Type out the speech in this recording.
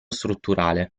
strutturale